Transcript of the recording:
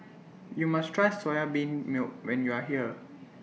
YOU must Try Soya Bean Milk when YOU Are here